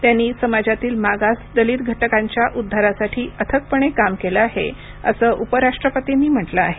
त्यांनी समाजातील मागास दलित घटकांच्या उद्धारासाठी अथकपणे काम केलं आहे असं उपराष्ट्रपतींनी म्हटलं आहे